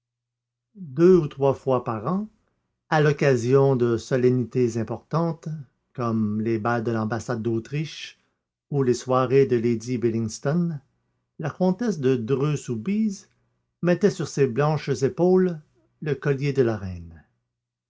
deux ou trois fois par an à l'occasion de solennités importantes comme les bals de l'ambassade d'autriche ou les soirées de lady billingstone la comtesse de dreux soubise mettait sur ses blanches épaules le collier de la reine